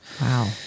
Wow